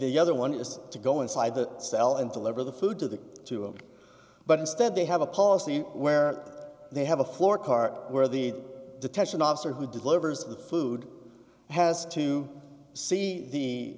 the other one is to go inside the cell and deliver the food to the two of them but instead they have a policy where they have a floor car where the detention officer who delivers the food has to see the